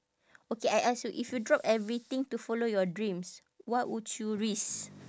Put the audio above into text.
okay I ask you if you drop everything to follow your dreams what would you risk